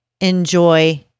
enjoy